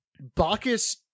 bacchus